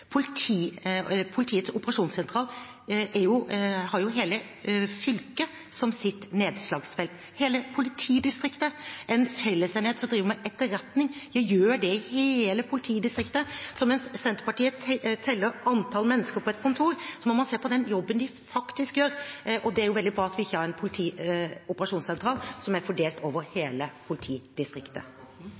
Politiets operasjonssentral har hele fylket som sitt nedslagsfelt – hele politidistriktet er en fellesenhet som driver med etterretning, de gjør det i hele politidistriktet. Senterpartiet teller antall mennesker på et kontor, men man må se på den jobben de faktisk gjør. Det er veldig bra at vi ikke har en operasjonssentral som er fordelt over hele politidistriktet.